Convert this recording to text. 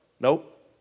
Nope